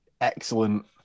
excellent